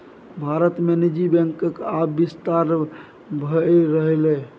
भारत मे निजी बैंकक आब बिस्तार भए रहलैए